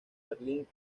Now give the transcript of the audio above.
berlín